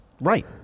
right